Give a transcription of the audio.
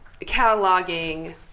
cataloging